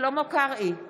שלמה קרעי,